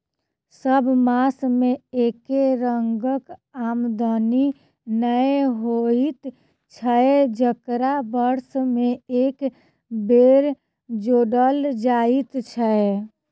सभ मास मे एके रंगक आमदनी नै होइत छै जकरा वर्ष मे एक बेर जोड़ल जाइत छै